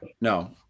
no